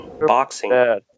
Boxing